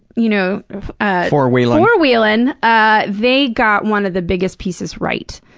you know four-wheelin'. four-wheelin'! ah they got one of the biggest pieces right.